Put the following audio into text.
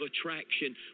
attraction